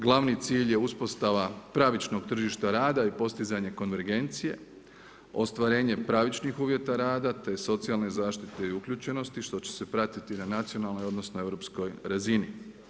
Glavni cilj je uspostava pravičnog tržišta rada i postizanje konvergencije, ostvarenje pravičnih uvjeta rada te socijalne zaštite i uključenosti što će se pratiti na nacionalnoj odnosno europskoj razini.